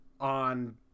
On